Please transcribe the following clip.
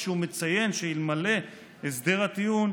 כשהוא מציין שאלמלא הסדר הטיעון,